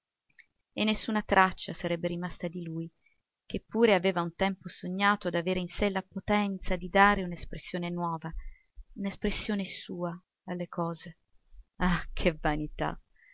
e nessuna traccia sarebbe rimasta di lui che pure aveva un tempo sognato d'avere in sé la potenza di dare un'espressione nuova un'espressione sua alle cose ah che vanità